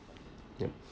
yup